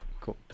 Cool